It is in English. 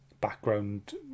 background